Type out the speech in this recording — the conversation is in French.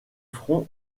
front